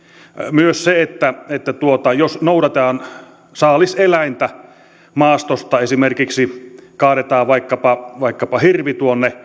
myös jos noudetaan saaliseläintä maastosta esimerkiksi kaadetaan vaikkapa vaikkapa hirvi